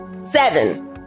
Seven